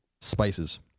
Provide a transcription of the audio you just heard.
spices